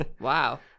Wow